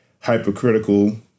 hypocritical